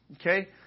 Okay